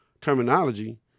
terminology